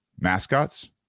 mascots